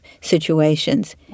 situations